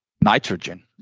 nitrogen